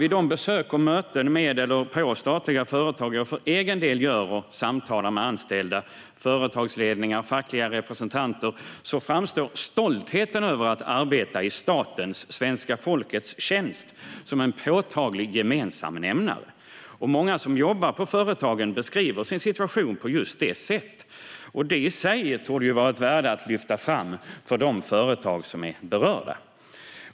Vid besök på och möten med statliga företag som jag för egen del gör, där jag samtalar med anställda, företagsledningar och fackliga representanter, framstår stoltheten över att arbeta i statens - svenska folkets - tjänst som en påtaglig gemensam nämnare. Många som jobbar på företagen beskriver sin situation på just det sättet. Det i sig torde vara ett värde att lyfta fram för de företag som är berörda.